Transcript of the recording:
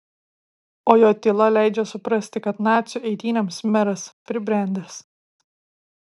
o jo tyla leidžia suprasti kad nacių eitynėms meras pribrendęs